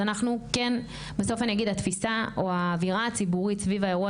אז התפיסה או האווירה הציבורית סביב האירוע